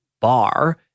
bar